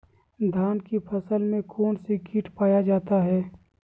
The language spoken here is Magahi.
धान की फसल में कौन सी किट पाया जाता है?